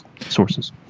sources